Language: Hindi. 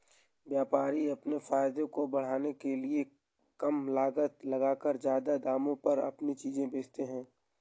व्यापारी अपने फायदे को बढ़ाने के लिए कम लागत लगाकर ज्यादा दामों पर अपनी चीजें बेचते है